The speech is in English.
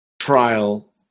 Trial